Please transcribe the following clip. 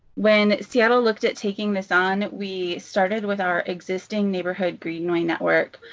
when seattle looked at taking this on, we started with our existing neighborhood greenway network.